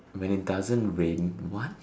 when it doesn't rain what